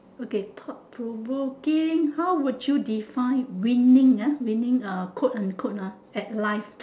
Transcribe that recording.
okay thought provoking how would you define winning ah winning uh quote unquote ah at life